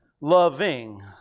loving